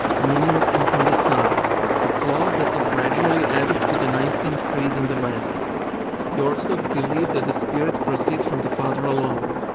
meaning and from the son a clause that was gradually added to the nicene creed in the west the orthodox believe that the spirit proceeds from the father alone.